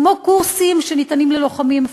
כמו קורסים שניתנים ללוחמים אפילו,